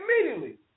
Immediately